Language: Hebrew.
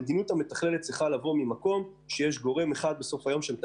המדיניות המתכללת צריכה לבוא ממקום שיש גורם אחד שמתכלל